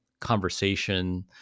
conversation